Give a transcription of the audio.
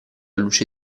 luce